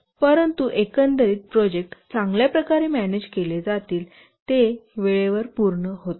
परंतु एकंदरीत प्रोजेक्ट चांगल्या प्रकारे मॅनेज केले जातील ते वेळेवर पूर्ण होतील